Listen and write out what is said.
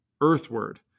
earthward